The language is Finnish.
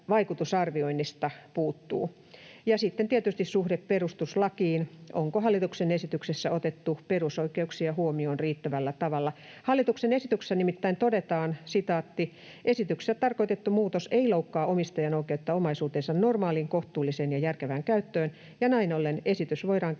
sitten tietysti suhde perustuslakiin: Onko hallituksen esityksessä otettu perusoikeuksia huomioon riittävällä tavalla? Hallituksen esityksessä nimittäin todetaan: ”Esityksessä tarkoitettu muutos ei loukkaa omistajan oikeutta omaisuutensa normaaliin, kohtuulliseen ja järkevään käyttöön, ja näin ollen esitys voidaan käsitellä